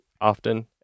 often